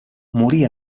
morir